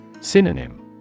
Synonym